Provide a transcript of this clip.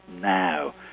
now